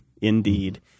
Indeed